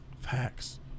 Facts